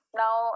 now